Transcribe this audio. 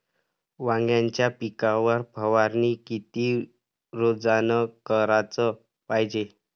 वांग्याच्या पिकावर फवारनी किती रोजानं कराच पायजे?